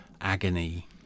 agony